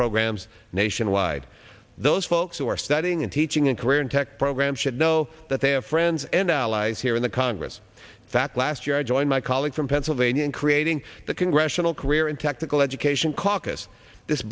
programs nationwide those folks who are studying and teaching and career in tech programs should know that they have friends and allies here in the congress in fact last year i joined my colleague from pennsylvania in creating the congressional career and technical education caucus this